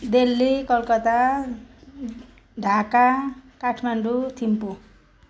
Delhi Kolkata Dhaka Kathmandu Thimphu